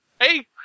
Hey